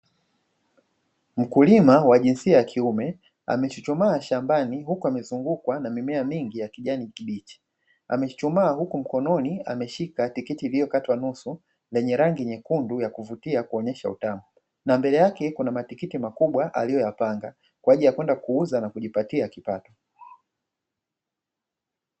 Mkulima wa jinsia ya kiume amechuchumaa shambani huku amezungukwa na mimea mingi ya kijani kibichi, amechuchumaa huku mkononi ameshika tikiti lililokatwa nusu lenye rangi nyekundu ya kuvutia kuonyesha tamu, na mbele yake kuna matikiti makubwa aliyoyapanga kwa ajili ya kwenda kuuza na kujipatia kipato.